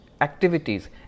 activities